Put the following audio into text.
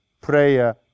prayer